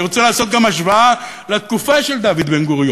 אני רוצה לעשות גם השוואה לתקופה של דוד בן-גוריון,